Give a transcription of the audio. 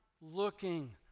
looking